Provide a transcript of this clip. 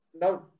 Now